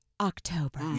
October